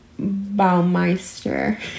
baumeister